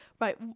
right